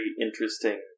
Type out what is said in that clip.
interesting